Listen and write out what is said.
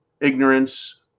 ignorance